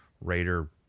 raider